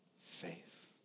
faith